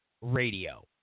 Radio